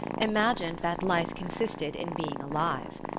imagined that life consisted in being alive.